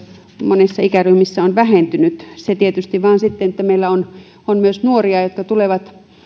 monissa ikäryhmissä on vähentynyt se tietysti vain sitten että meillä on on myös nuoria jotka tulevat